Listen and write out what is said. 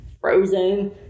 frozen